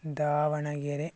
Davanagere